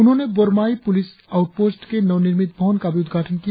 उन्होंने Bormai police outpost के नव निर्मित भवन का भी उद्घाटन किया